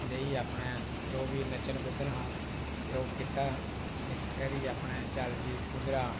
ते अपने जो बी नच्चना कुद्दना हा ते ओह् कीता ते करियै अपने चल जी